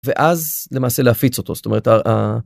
ואז למעשה להפיץ אותו זאת אומרת.